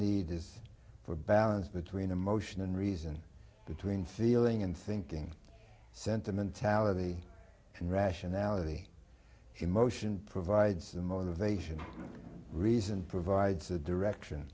need is for balance between emotion and reason between feeling and thinking sentimentality and rationality emotion provides a motivation reason provides a direction